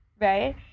right